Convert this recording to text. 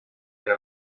era